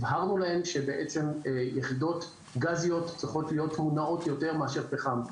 הבהרנו להם שבעצם יחידות גזיות צריכות להיות מונעות יותר מאשר פחם.